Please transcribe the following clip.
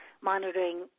monitoring